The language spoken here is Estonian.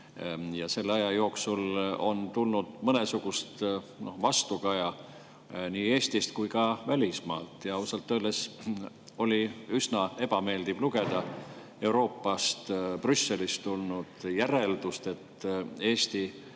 Selle aja jooksul on tulnud mõnesugust vastukaja nii Eestist kui ka välismaalt ja ausalt öeldes oli üsna ebameeldiv lugeda Euroopas Brüsselis [tehtud] järeldust, et Eesti